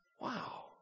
Wow